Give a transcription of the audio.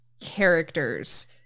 characters